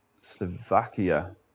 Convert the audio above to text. Slovakia